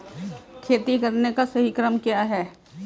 खेती करने का सही क्रम क्या है?